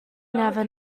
never